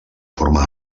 forma